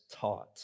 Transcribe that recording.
taught